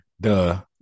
duh